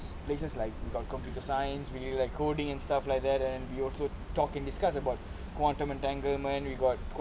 places like got computer science we do like coding and stuff like that and we also talk and discuss about quantum entanglement we got